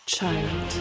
Child